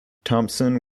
thompson